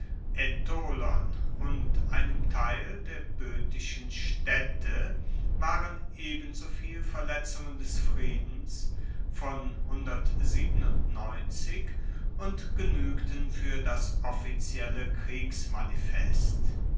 und einem teil der boeotischen staedte waren ebensoviel verletzungen des friedens von und genuegten fuer das offizielle kriegsmanifest